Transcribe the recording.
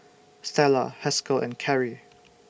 Stella Haskell and Kerrie